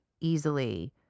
easily